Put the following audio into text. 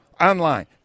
online